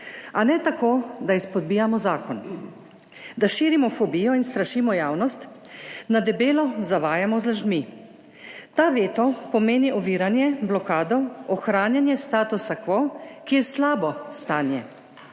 A ne tako, da izpodbijamo zakon, da širimo fobijo in strašimo javnost, na debelo zavajamo z lažmi. Ta veto pomeni oviranje, blokado, ohranjanje statusa quo, ki je slabo stanje.